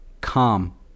calm